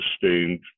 sustained